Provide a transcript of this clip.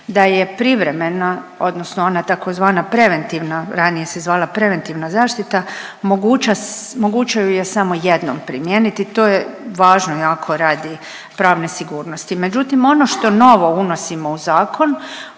da je privremeno odnosno ono tzv. preventivno, ranije se zvala preventivna zaštita moguća, moguće ju je samo jednom primijeniti. To je važno jako radi pravne sigurnosti. Međutim, ono što novo unosimo u zakon